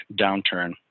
downturn